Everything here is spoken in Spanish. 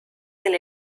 del